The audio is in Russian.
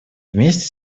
вместе